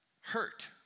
hurt